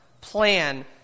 plan